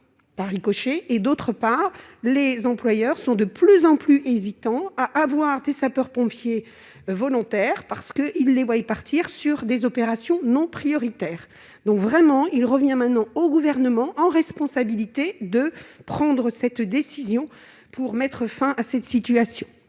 et d'autre part, les employeurs sont de plus en plus hésitants à avoir des sapeurs-pompiers volontaires, parce qu'il les voyait partir sur des opérations non prioritaires, donc vraiment il revient maintenant au gouvernement en responsabilité de prendre cette décision pour mettre fin à cette situation.